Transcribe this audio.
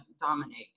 dominate